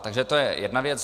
Takže to je jedna věc.